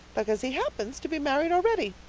because he happens to be married already.